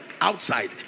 outside